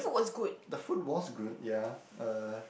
the food was good ya uh